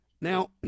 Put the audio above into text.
Now